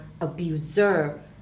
abuser